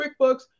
QuickBooks